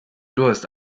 durst